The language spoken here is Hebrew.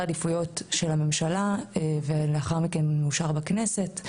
העדיפויות של הממשלה ולאחר מכן הוא מאושר בכנסת.